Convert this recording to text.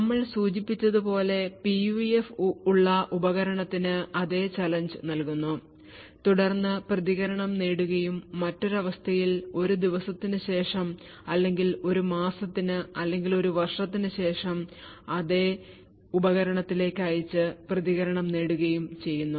നമ്മൾ സൂചിപ്പിച്ചതുപോലെ PUF ഉള്ള ഉപകരണത്തിന് അതേ ചാലഞ്ച് നൽകുന്നു തുടർന്നു പ്രതികരണം നേടുകയും മറ്റൊരു അവസ്ഥയിൽ ഒരു ദിവസത്തിന് ശേഷം അല്ലെങ്കിൽ ഒരു മാസത്തിന് അല്ലെങ്കിൽ ഒരു വർഷത്തിന് ശേഷം ഞങ്ങൾ അതേ ഉപകരണത്തിലേക്ക് അയച്ച് പ്രതികരണം നേടുകയും ചെയ്യുന്നു